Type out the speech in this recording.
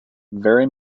very